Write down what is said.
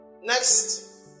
next